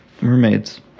Mermaids